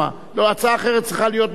אבל, פה, פה, פה, בבקשה, בבקשה.